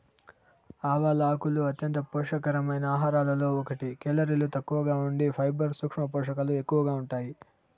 ఆవాల ఆకులు అంత్యంత పోషక కరమైన ఆహారాలలో ఒకటి, కేలరీలు తక్కువగా ఉండి ఫైబర్, సూక్ష్మ పోషకాలు ఎక్కువగా ఉంటాయి